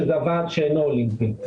שזה הוועד שאינו אולימפי.